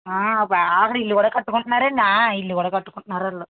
బాగా ఇల్లు కూడా కట్టుకుంటున్నారండి ఇల్లు కూడా కట్టుకుంటున్నారు వాళ్ళు